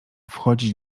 wchodzić